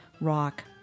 rock